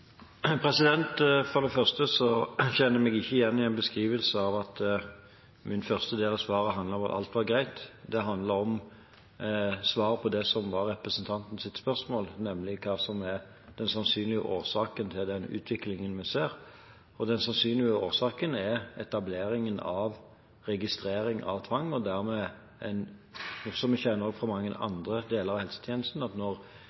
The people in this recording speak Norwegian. For det første kjenner jeg meg ikke igjen i en beskrivelse av at min første del av svaret handlet om at alt var greit. Det handlet om det som var representantens spørsmål, nemlig hva som er den sannsynlige årsaken til den utviklingen vi ser. Den sannsynlige årsaken er etableringen av registrering av tvang, og dermed en utvikling som vi kjenner fra mange andre deler av helsetjenesten. Når en registreringsordning etableres, tar det tid å utvikle det at